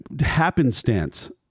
happenstance